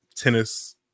Tennis